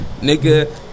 nigga